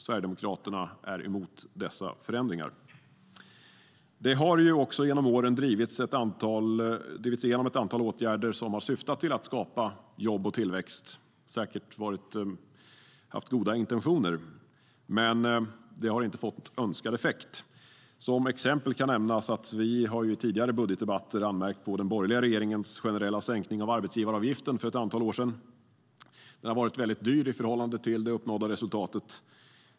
Sverigedemokraterna är emot dessa förändringar. Som exempel kan nämnas att vi i tidigare budgetdebatter har anmärkt på den borgerliga regeringens generella sänkning av arbetsgivaravgiften för ett antal år sedan. Den har varit dyr i förhållande till det uppnådda resultatet.